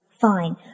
Fine